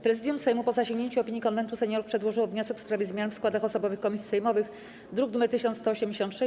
Prezydium Sejmu, po zasięgnięciu opinii Konwentu Seniorów, przedłożyło wniosek w sprawie zmian w składach osobowych komisji sejmowych, druk nr 1186.